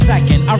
Second